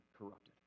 corrupted